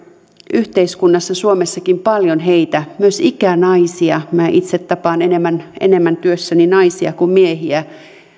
yhteiskunnassa suomessakin paljon heitä myös ikänaisia minä itse tapaan työssäni enemmän naisia kuin miehiä